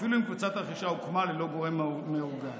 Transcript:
אפילו אם קבוצת הרכישה הוקמה ללא גורם מארגן,